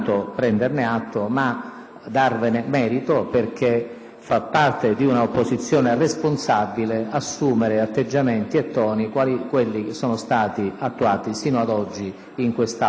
darvi merito, perché è proprio di un'opposizione responsabile assumere atteggiamenti e toni quali quelli che sono stati assunti fino ad oggi in quest'Aula da parte dell'opposizione.